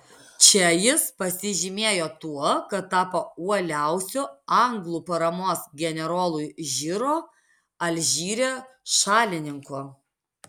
čia jis pasižymėjo tuo kad tapo uoliausiu anglų paramos generolui žiro alžyre šalininku